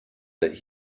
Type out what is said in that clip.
that